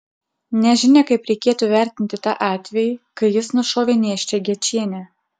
nežinia kaip reikėtų vertinti tą atvejį kai jis nušovė nėščią gečienę